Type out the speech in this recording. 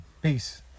Peace